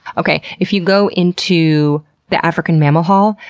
okay, if you go into the african mammal hall,